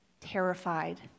Terrified